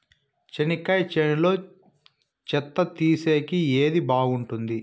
చెనక్కాయ చేనులో చెత్త తీసేకి ఏది బాగుంటుంది?